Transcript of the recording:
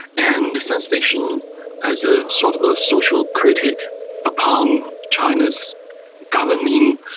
and science fiction as a sort of ah social critique upon china's governing,